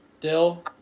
Dill